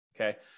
okay